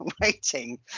waiting